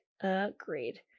agreed